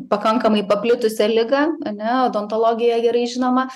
pakankamai paplitusią ligą ane odontologijoj gerai žinomą